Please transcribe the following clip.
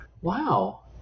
Wow